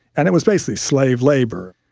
and it was basically slave labour.